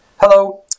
Hello